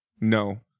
no